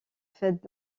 faites